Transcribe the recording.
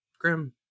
Grim